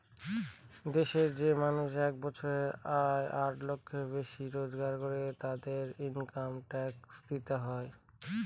দেশের যে মানুষ এক বছরে আড়াই লাখ টাকার বেশি রোজগার করে, তাদেরকে ইনকাম ট্যাক্স দিতে হয়